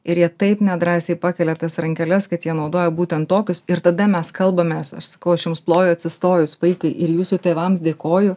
ir jie taip nedrąsiai pakelia tas rankeles kad jie naudoja būtent tokius ir tada mes kalbamės aš sakau aš jums ploju atsistojus vaikai ir jūsų tėvams dėkoju